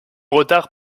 retard